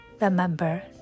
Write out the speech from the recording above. remember